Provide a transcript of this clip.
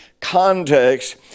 context